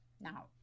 Now